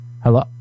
Hello